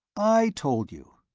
i told you.